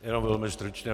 Jenom velmi stručně.